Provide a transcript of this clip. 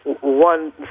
one